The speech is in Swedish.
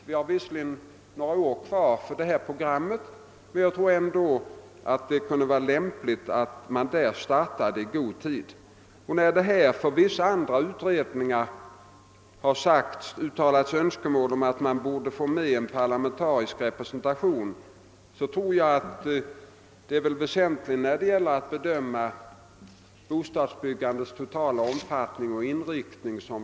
Vi har några år kvar av det nuvarande programmet, men jag tror ändå, att det kan vara lämpligt att man startar i god tid. Med anledning av att det i fråga om vissa andra utredningar har uttalats önskemål om att få till stånd en parlamentarisk representation vill jag säga, att jag tror, att detta är väsentligt när det gäller att bedöma bostadsbyggandets totala omfattning och inriktning.